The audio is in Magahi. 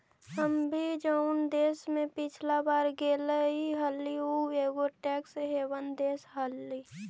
हम भी जऊन देश में पिछला बार गेलीअई हल ऊ एगो टैक्स हेवन देश हलई